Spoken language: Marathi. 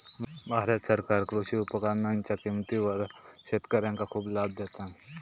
भारत सरकार कृषी उपकरणांच्या किमतीवर शेतकऱ्यांका खूप लाभ देता